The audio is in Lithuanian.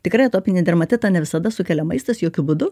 tikrai atopinį dermatitą ne visada sukelia maistas jokiu būdu